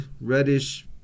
reddish